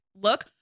look